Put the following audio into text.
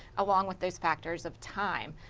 along with this factor of time.